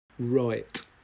right